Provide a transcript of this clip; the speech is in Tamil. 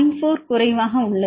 4 குறைவாக உள்ளது